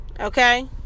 Okay